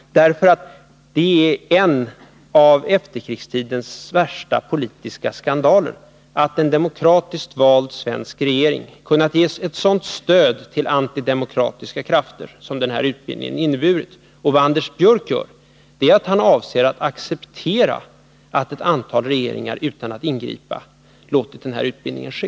Det är en av efterkrigstidens värsta politiska skandaler, att en demokratiskt vald svensk regering kunnat ge ett sådant stöd till antidemokratiska krafter som den här utbildningen inneburit. Vad Anders Björck gör innebär att han accepterar att ett antal regeringar utan att ingripa låtit den här utbildningen ske.